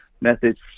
methods